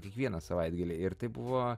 kiekvieną savaitgalį ir tai buvo